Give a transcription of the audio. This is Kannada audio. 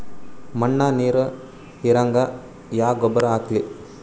ಮಣ್ಣ ನೀರ ಹೀರಂಗ ಯಾ ಗೊಬ್ಬರ ಹಾಕ್ಲಿ?